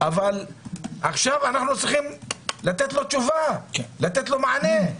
ועכשיו אנחנו צריכים לתת לו מענה.